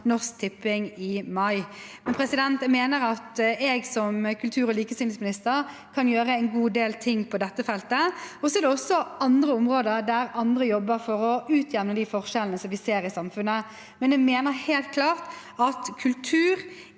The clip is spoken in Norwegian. Norsk Tipping i mai. Jeg mener at jeg som kultur- og likestillingsminister kan gjøre en god del ting på dette feltet, og så er det også andre områder der andre jobber for å utjevne de forskjellene vi ser i samfunnet. Men jeg mener helt klart at kultur,